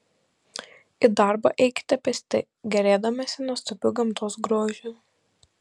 į darbą eikite pėsti gėrėdamiesi nuostabiu gamtos grožiu